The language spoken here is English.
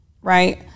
right